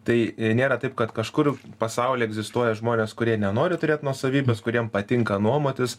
tai nėra taip kad kažkur pasauly egzistuoja žmonės kurie nenori turėt nuosavybės kuriem patinka nuomotis